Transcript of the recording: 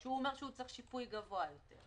שהוא אומר שהוא צריך שיפוי גבוה יותר.